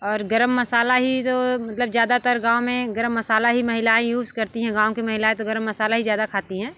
और गर्म मसाला ही तो मतलब ज़्यादातर गाँव में गर्म मसाला ही महिलाएँ यूज़ करती हैं गाँव की महिलाएँ तो गर्म मसाला ही ज़्यादा खाती हैं